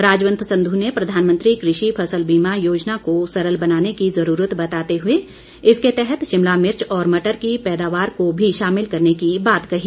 राजवंत संधू ने प्रधानमंत्री कृषि फसल योजना को सरल बनाने की जरूरत बताते हुए इसके तहत शिमला मिर्च और मटर की पैदावार को भी शामिल करने की बात कही